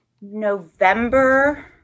November